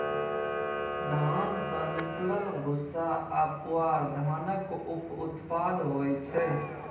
धान सँ निकलल भूस्सा आ पुआर धानक उप उत्पाद होइ छै